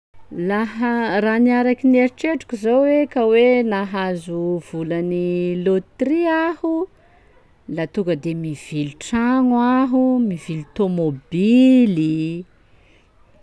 Laha raha ny eritreritroko zao hoe ka hoe nahazo volan'ny loteria aho, la tonga de mivily tragno aho, mivily tômôbily.